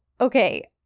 okay